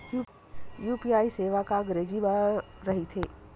UPI सेवा का अंग्रेजी मा रहीथे?